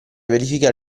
verificare